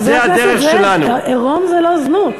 חבר הכנסת זאב, עירום זה לא זנות.